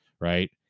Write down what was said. Right